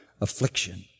affliction